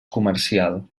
comercial